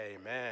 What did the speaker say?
Amen